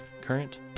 Current